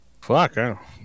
Fuck